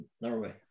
Norway